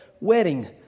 wedding